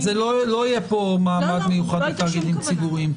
לא יהיה פה מעמד מיוחד לתאגידים ציבוריים.